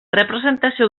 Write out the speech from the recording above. representació